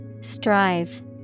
Strive